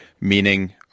meaning